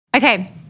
Okay